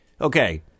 Okay